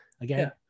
Again